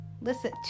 listen